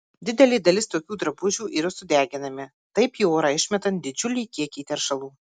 didelė dalis tokių drabužių yra sudeginami taip į orą išmetant didžiulį kiekį teršalų